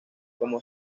como